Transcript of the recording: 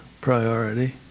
priority